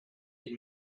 had